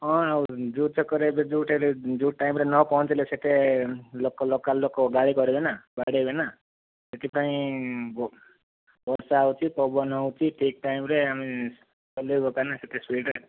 ହଁ ଆଉ ଯେଉଁ ଚକ୍କରରେ ଏବେ ଯେଉଁଠି ହେଲେ ଯେଉଁ ଟାଇମରେ ନ ପହଞ୍ଚିଲେ ସେ'ଠେ ଲୋକ ଲୋକାଲ ଲୋକ ଗାଳି କରିବେ ନା ବାଡ଼େଇବେ ନା ସେଥିପାଇଁ ବର୍ଷା ହେଉଛି ପବନ ହେଉଛି ଠିକ ଟାଇମରେ ଆମେ ଚଲେଇବୁ କାହିଁକିନା ସେତେ ସ୍ପୀଡ଼ରେ